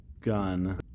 gun